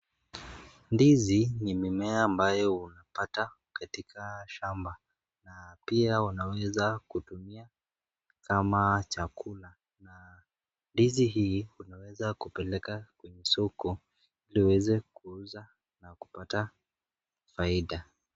Ndizi ni mimea ambayo unapata katika shamba na pia unaweza kutumia kama chakula na ndizi hii unaweza kupeleka kwenye soko hili uweze kuuza na kupata faida.